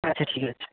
আচ্ছা ঠিক আছে